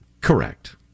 Correct